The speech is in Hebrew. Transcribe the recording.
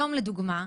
היום לדוגמא,